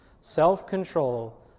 self-control